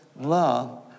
love